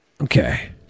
Okay